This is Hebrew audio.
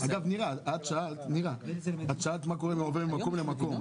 נירה, אתה שאלת מה קורה אם הוא עובר ממקום למקום.